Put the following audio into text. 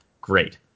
great